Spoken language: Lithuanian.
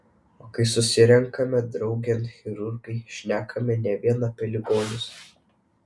o kai susirenkame draugėn chirurgai šnekame ne vien apie ligonius